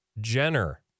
Jenner